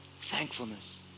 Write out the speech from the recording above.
Thankfulness